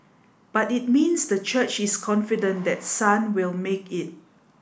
but it means the church is confident that sun will make it